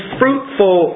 fruitful